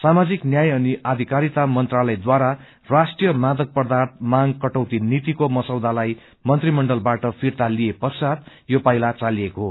साामाजिक न्याय अनि अधिकारिता मंत्रालयद्वारा राष्ट्रिय मादक पर्दाथ मांग कटौती नीति को मसौदा लाई मंत्रीमण्डलबाट फिर्ता लिइए पश्चात यो पाइला चालिएको हो